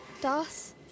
Das